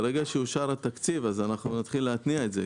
ברגע שיאושר התקציב אז אנחנו נתחיל להתניע את זה,